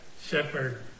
shepherd